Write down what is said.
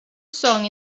song